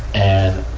and, ah,